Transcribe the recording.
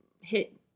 hit